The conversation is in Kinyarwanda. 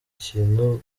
kintu